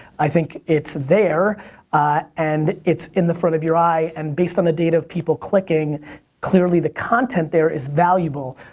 i think it's there and it's in the front of your eye and base on the data of people clicking clearly the content there is valuable.